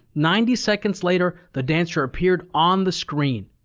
ninety seconds later, the dancer appeared on the screen.